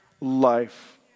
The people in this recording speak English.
life